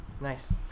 Nice